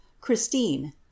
christine